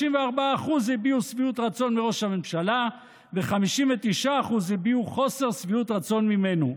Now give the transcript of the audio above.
34% הביעו שביעות רצון מראש הממשלה ו-59% הביעו חוסר שביעות רצון ממנו.